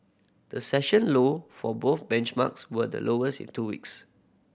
the session low for both benchmarks were the lowest in two weeks